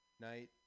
Night